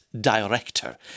director